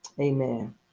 Amen